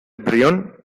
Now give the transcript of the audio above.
brión